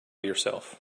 yourself